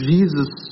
Jesus